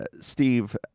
steve